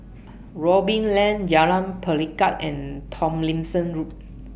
Robin Lane Jalan Pelikat and Tomlinson Road